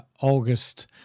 August